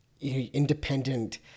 independent